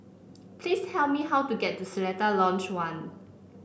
please tell me how to get to Seletar Lodge One